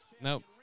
Nope